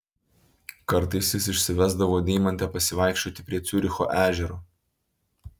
kartais jis išsivesdavo deimantę pasivaikščioti prie ciuricho ežero